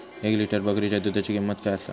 एक लिटर बकरीच्या दुधाची किंमत काय आसा?